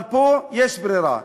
אבל פה יש ברירה,